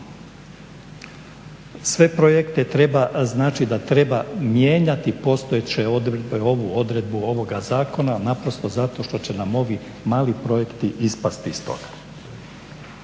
sve projekte treba, znači da treba mijenjati postojeće odredbe, ovu odredbu ovoga zakona naprosto zato što će nam ovi mali projekti ispasti iz toga.